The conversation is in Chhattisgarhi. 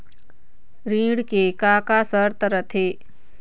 ऋण के का का शर्त रथे?